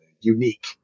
unique